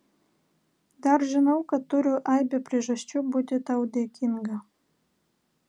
dar žinau kad turiu aibę priežasčių būti tau dėkinga